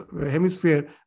hemisphere